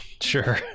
Sure